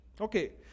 Okay